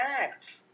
act